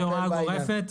יש הוראה גורפת.